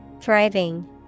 Thriving